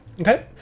Okay